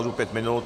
Děkuji.